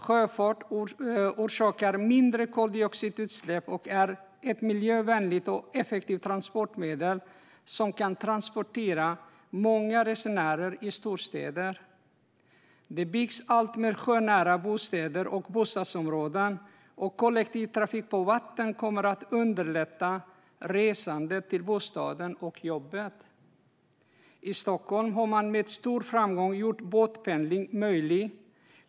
Sjöfart orsakar mindre koldioxidutsläpp och är ett miljövänligt och effektivt transportmedel som kan transportera många resenärer i storstäder. Det byggs allt fler sjönära bostäder och bostadsområden. Kollektivtrafik på vatten kommer att underlätta resandet till bostaden och jobbet. I Stockholm har man med stor framgång gjort båtpendling möjlig.